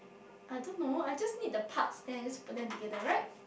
I don't know I just need the parts then I just put them together right